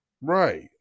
Right